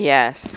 Yes